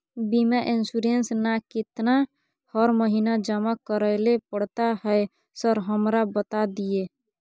बीमा इन्सुरेंस ना केतना हर महीना जमा करैले पड़ता है सर हमरा बता दिय?